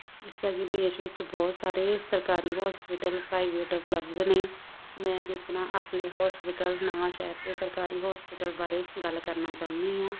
ਜਿਸ ਤਰ੍ਹਾਂ ਕਿ ਦੇਸ਼ ਵਿੱਚ ਬਹੁਤ ਸਾਰੇ ਸਰਕਾਰੀ ਹੋਸਪਿਟਲ ਪ੍ਰਾਈਵੇਟ ਉਪਲਬਧ ਨੇ ਮੈਂ ਜਿਸ ਤਰ੍ਹਾਂ ਆਪਣੇ ਹੋਸਪਿਟਲ ਨਵਾਂ ਸ਼ਹਿਰ ਅਤੇ ਸਰਕਾਰੀ ਹੋਸਪਿਟਲ ਬਾਰੇ ਗੱਲ ਕਰਨਾ ਚਾਹੁੰਦੀ ਹਾਂ